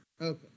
Okay